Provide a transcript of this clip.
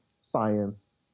science